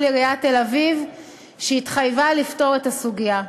עיריית תל-אביב שהתחייבה לפתור את הסוגיה.